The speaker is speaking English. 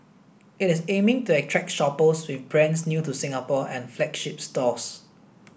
it is aiming to attract shoppers with brands new to Singapore and flagship stores